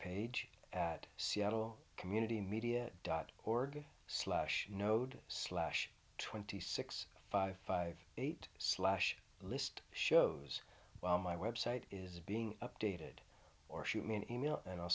page at seattle community media dot org slash node slash twenty six five five eight slash list shows my website is being updated or shoot me an email and i'll